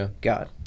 God